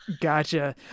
Gotcha